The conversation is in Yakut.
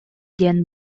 диэн